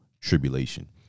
tribulation